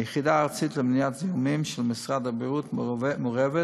והיחידה הארצית למניעת זיהומים של משרד הבריאות מעורבת